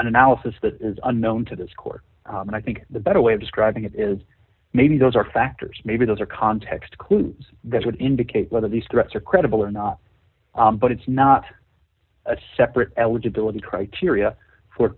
an analysis that is unknown to this court and i think the better way of describing it is maybe those are factors maybe those are context clues that would indicate whether these threats are credible or not but it's not a separate eligibility criteria for